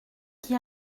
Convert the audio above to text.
qui